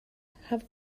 have